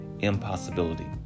impossibility